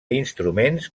instruments